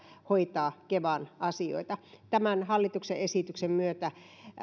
hoitaa kevan asioita hallituksen esityksen myötä